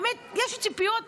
באמת יש לי ציפיות ממך.